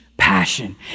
passion